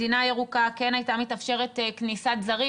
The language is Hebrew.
מדינה ירוקה כן הייתה מתאפשרת כניסת זרים.